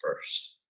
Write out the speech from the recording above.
first